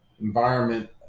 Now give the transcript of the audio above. environment